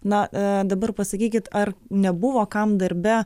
na a dabar pasakykit ar nebuvo kam darbe